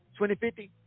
2050